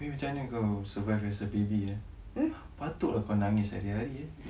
abeh macam mana kau survive as a baby eh patutlah kau nangis hari-hari eh